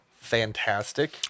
fantastic